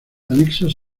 anexos